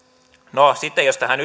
no sitten jos tähän